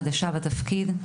חדשה בתפקיד.